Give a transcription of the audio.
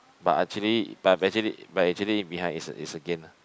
but actually but actually but actually behind it's a it's a gain ah